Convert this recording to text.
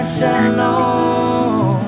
Shalom